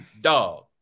dog